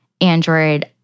Android